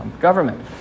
government